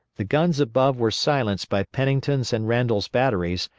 the guns above were silenced by pennington's and randol's batteries,